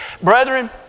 Brethren